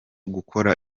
gukora